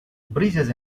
brillas